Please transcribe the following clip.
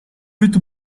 with